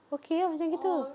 okay ah macam gitu